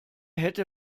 hätte